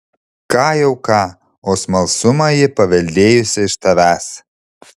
ką jau ką o smalsumą ji paveldėjusi iš tavęs